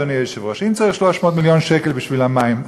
אדוני היושב-ראש: אם צריך 300 מיליון שקל בשביל המים,